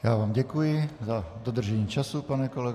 Já vám děkuji za dodržení času, pane kolego.